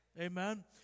Amen